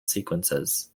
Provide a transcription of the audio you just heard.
sequences